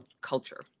culture